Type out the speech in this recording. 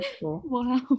Wow